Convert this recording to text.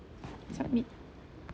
submit